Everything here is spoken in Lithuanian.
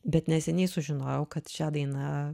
bet neseniai sužinojau kad šią dainą